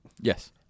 Yes